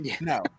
No